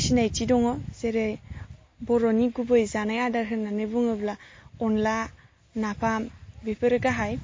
सिनायथि दङ जेरै बर'नि गुबै जानाय आदार होननानै बुङोब्ला अनला नाफाम बेफोरो गाहाय